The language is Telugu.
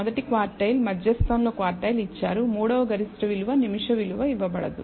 మొదటి క్వార్టైల్ మధ్యస్థంలో క్వార్టైల్ ఇచ్చారు మూడవ గరిష్ట విలువ నిమిష విలువ ఇవ్వబడదు